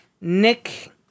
Nick